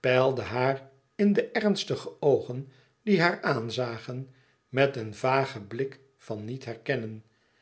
peilde haar in de ernstige oogen die haar aanzagen met een vagen blik van niet herkennen